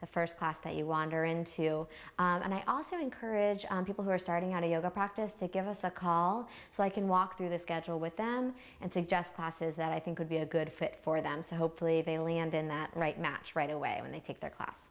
the first class that you wander into and i also encourage people who are starting out a yoga practice to give us a call so i can walk through the schedule with them and suggest classes that i think would be a good fit for them so hopefully valium and in that right match right away when they take their class